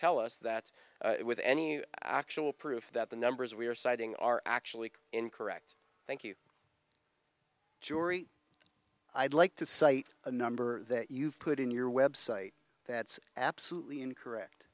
tell us that with any actual proof that the numbers we are citing are actually incorrect thank you jury i'd like to cite a number that you've put in your website that's absolutely incorrect